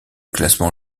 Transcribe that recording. classement